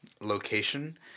location